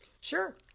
sure